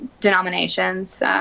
denominations